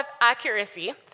accuracy